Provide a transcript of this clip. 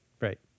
right